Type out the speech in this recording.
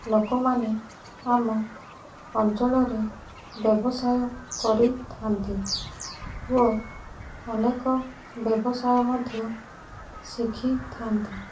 ଲୋକମାନେ ଆମ ଅଞ୍ଚଳରେ ବ୍ୟବସାୟ କରିଥାନ୍ତି ଓ ଅନେକ ବ୍ୟବସାୟ ମଧ୍ୟ ଶିଖିଥାନ୍ତି